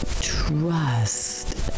trust